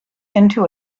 into